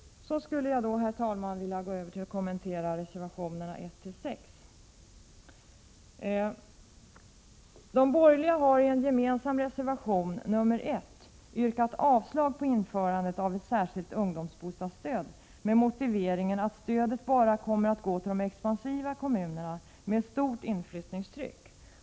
Herr talman! Jag övergår nu till att kommentera reservationerna 1-6. De borgerliga har i en gemensam reservation, nr 1, yrkat avslag på förslaget om införande av ett särskilt ungdomsbostadsstöd med motiveringen att stödet bara kommer att gå till de expansiva kommunerna med ett stort inflyttningstryck.